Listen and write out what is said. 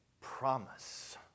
promise